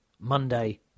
Monday